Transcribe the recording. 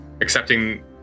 accepting